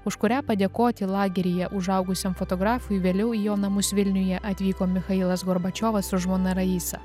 už kurią padėkoti lageryje užaugusiam fotografui vėliau į jo namus vilniuje atvyko michailas gorbačiovas su žmona raisa